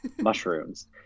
mushrooms